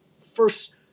first